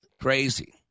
crazy